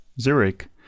Zurich